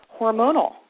hormonal